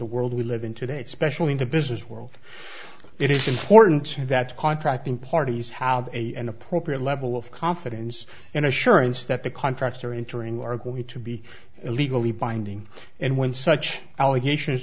the world we live in today especially in the business world it is important that contracting parties have a an appropriate level of confidence and assurance that the contracts are entering are going to be legally binding and when such allegations